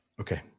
Okay